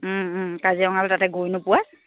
কাজিৰঙালৈ তাতে গৈ নোপোৱা